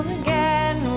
again